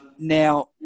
Now